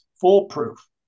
foolproof